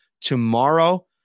tomorrow